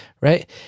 Right